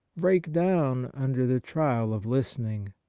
break down under the trial of listening.